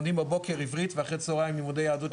הם לומדים בבוקר עברית ואחר הצוהריים לימודי יהדות,